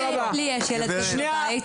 לי יש ילד כזה בבית.